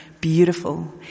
beautiful